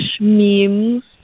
memes